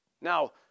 Now